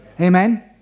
Amen